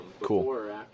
cool